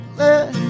let